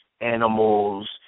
animals